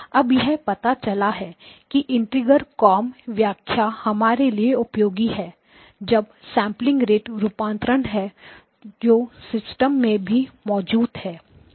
अब यह पता चला है कि इंटीग्रेटर कोंब व्याख्या हमारे लिए उपयोगी है जब सैंपलिंग रेट रूपांतरण है जो सिस्टम में भी मौजूद है